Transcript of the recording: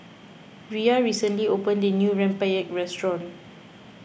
Rhea recently opened a new Rempeyek restaurant